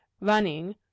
Running